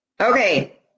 Okay